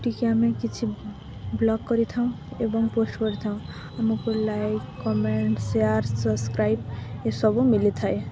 ଟିକେ ଆମେ କିଛି ବ୍ଲଗ୍ କରିଥାଉଁ ଏବଂ ପୋଷ୍ଟ କରିଥାଉଁ ଆମକୁ ଲାଇକ୍ କମେଣ୍ଟ ସେୟାର ସବସ୍କ୍ରାଇବ୍ ଏସବୁ ମିଳିଥାଏ